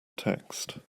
text